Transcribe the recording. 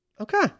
Okay